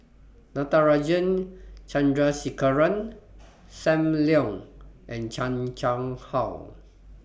Natarajan Chandrasekaran SAM Leong and Chan Chang How